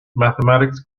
mathematics